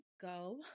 go